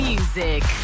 Music